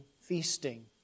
feasting